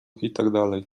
itd